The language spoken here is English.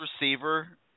receiver